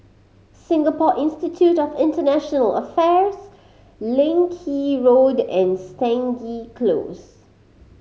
Singapore Institute of International Affairs Leng Kee Road and Stangee Close